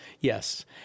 yes